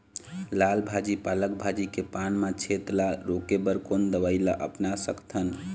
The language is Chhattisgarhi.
लाल भाजी पालक भाजी के पान मा छेद ला रोके बर कोन दवई ला अपना सकथन?